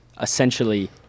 essentially